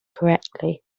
correctly